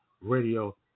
Radio